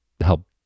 help